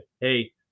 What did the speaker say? hey